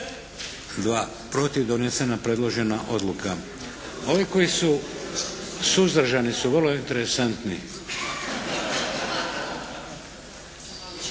2 protiv, donesena predložena odluka. Ovi koji su suzdržani su vrlo interesantni.